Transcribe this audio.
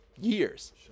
years